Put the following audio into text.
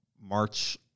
March